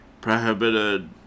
prohibited